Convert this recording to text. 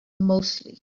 mostly